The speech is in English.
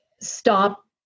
stop